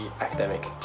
academic